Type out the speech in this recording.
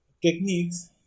Techniques